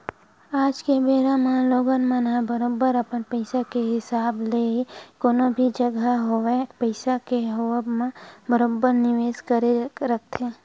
आज के बेरा लोगन मन ह बरोबर अपन पइसा के हिसाब ले ही कोनो भी जघा होवय पइसा के होवब म बरोबर निवेस करके रखथे